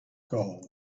gold